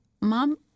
Mom